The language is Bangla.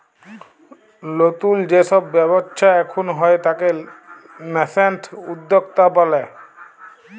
লতুল যে সব ব্যবচ্ছা এখুন হয়ে তাকে ন্যাসেন্ট উদ্যক্তা ব্যলে